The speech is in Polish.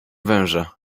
węża